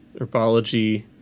Herbology